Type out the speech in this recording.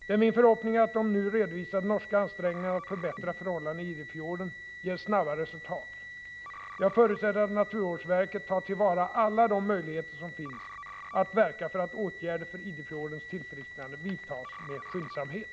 Det är min förhoppning att de nu redovisade norska ansträngningarna att förbättra förhållandena i Idefjorden ger snabba resultat. Jag förutsätter att naturvårdsverket tar till vara alla de möjligheter som finns att verka för att åtgärder för Idefjordens tillfrisknande vidtas med skyndsamhet.